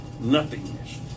nothingness